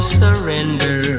surrender